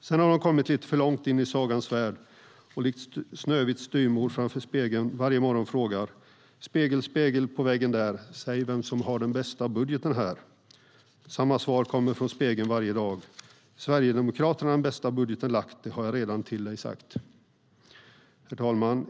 Sedan har de kommit lite för långt in i sagans värld och likt Snövits styvmor varje morgon framför spegeln frågar: Spegel, spegel, på väggen där, säg vem som har den bästa budgeten här. Och samma svar kommer från spegeln varje dag: Sverigedemokraterna den bästa budgeten lagt, det har jag redan till dig sagt. Herr talman!